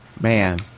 Man